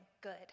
good